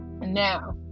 now